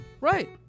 Right